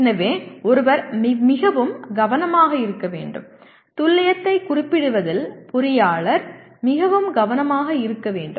எனவே ஒருவர் மிகவும் கவனமாக இருக்க வேண்டும் துல்லியத்தை குறிப்பிடுவதில் பொறியாளர் மிகவும் கவனமாக இருக்க வேண்டும்